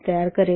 तयार करेल